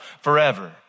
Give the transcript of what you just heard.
forever